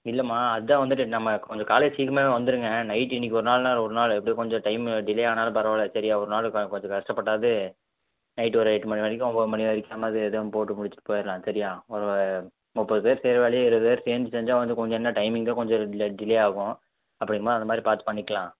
இல்லைம்மா அதான் வந்துவிட்டு நம்ம கொஞ்சம் காலை சீக்கிரமாகவே வந்துருங்க நைட்டு இன்னிக்கு ஒரு நாள் நாள் ஒரு நாள் எப்படியோ கொஞ்சம் டைமு டிலே ஆனாலும் பரவாயில்ல சரியா ஒரு நாள் க கொஞ்சம் கஷ்டப்பட்டாவது நைட்டு ஒரு எட்டு மணி வரைக்கும் ஒம்பது மணி வரைக்கும் நம்ம எதுவும் போட்டு முடிச்சுட்டு போயிர்லாம் சரியாக ஒரு முப்பது பேர் செய்யிற வேலையை இருபது பேர் சேர்ந்து செஞ்சா வந்து கொஞ்சம் என்ன டைமிங் தான் கொஞ்சம் டிலே டிலே ஆகும் அப்போ இனிமே அது மாதிரி பார்த்து பண்ணிக்கலாம்